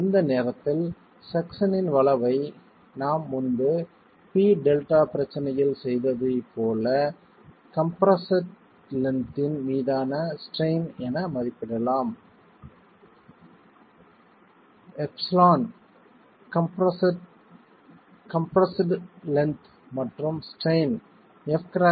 இந்த நேரத்தில் செக்சனின் வளைவை நாம் முன்பு பி டெல்டா பிரச்சனையில் செய்ததைப் போல கம்ப்ரெஸ்ஸட் லென்த்ன் மீதான ஸ்ட்ரைன் என மதிப்பிடலாம் ε கம்ப்ரெஸ்ஸட் லென்த் மற்றும் ஸ்ட்ரைன் fcrackE